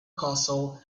castle